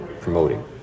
promoting